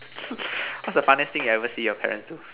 what's the funniest thing you've ever seen your parents do